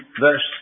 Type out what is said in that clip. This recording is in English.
verse